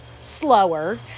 slower